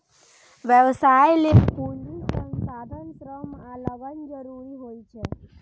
व्यवसाय लेल पूंजी, संसाधन, श्रम आ लगन जरूरी होइ छै